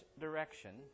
direction